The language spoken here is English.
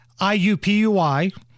IUPUI